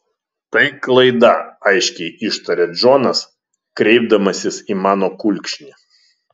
tai klaida aiškiai ištaria džonas kreipdamasis į mano kulkšnį